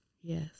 Yes